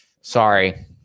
Sorry